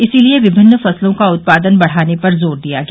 इसीलिए विमिन्न फसलों का उत्पादन बढ़ाने पर जोर दिया गया